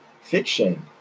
fiction